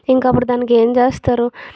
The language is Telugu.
ఇంకప్పుడు దానికి ఏం చేస్తారు